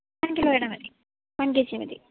one കിലോയുടെ മതി one K G മതി